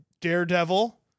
Daredevil